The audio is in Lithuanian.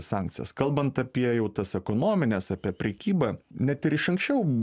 sankcijas kalbant apie jau tas ekonomines apie prekybą net ir iš anksčiau